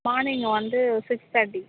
morning வந்து six thirty